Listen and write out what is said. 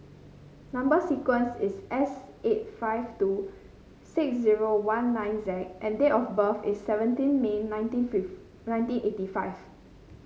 number sequence is S eight five two six zero one nine Z and date of birth is seventeen May nineteen fifth nineteen eighty five